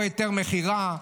או היתר מכירה,